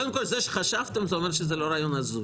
קודם כל שחשבתם זה אומר שזה לא רעיון הזוי.